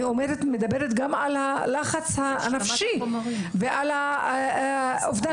אני מדברת גם על הלחץ הנפשי ועל האובדן